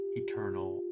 eternal